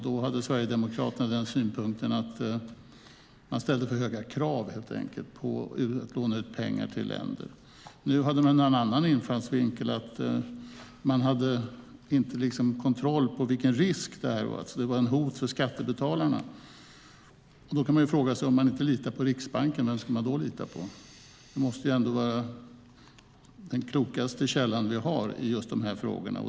Då hade Sverigedemokraterna synpunkten att det ställdes för höga krav när det gäller att låna ut pengar till länder. Nu har man en annan infallsvinkel, nämligen att man inte har kontroll på vilken risk det är och att det är ett hot för skattebetalarna. Om man inte litar på Riksbanken, vem ska man då lita på? Det måste ju vara den klokaste källan vi har i de här frågorna.